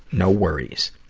no worries.